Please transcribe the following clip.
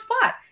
spot